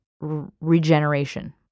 regeneration